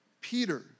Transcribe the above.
Peter